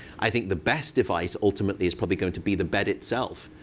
i think the best device, ultimately, is probably going to be the bed itself.